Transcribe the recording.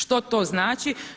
Što to znači?